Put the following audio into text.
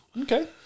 okay